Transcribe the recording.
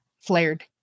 Flared